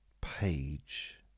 page